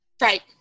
Right